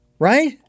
right